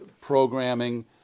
programming